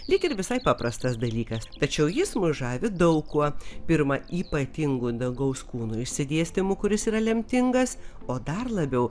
lyg ir visai paprastas dalykas tačiau jis mus žavi daug kuo pirma ypatingu dangaus kūnų išsidėstymu kuris yra lemtingas o dar labiau